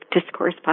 discourse